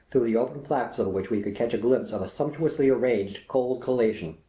through the open flaps of which we could catch a glimpse of a sumptuously arranged cold collation.